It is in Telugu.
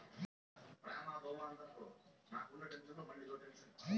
వరి కోసేకి ఉపయోగించే కొత్త రకం యంత్రాలు ఎక్కడ దొరుకుతాయి తాయి? వాటి రేట్లు చెప్పండి?